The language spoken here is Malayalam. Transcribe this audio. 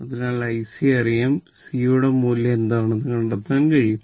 അതിനാൽ IC അറിയാം C യുടെ മൂല്യം എന്താണെന്ന് കണ്ടെത്താൻ കഴിയും